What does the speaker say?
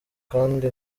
kandi